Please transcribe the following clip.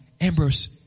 Ambrose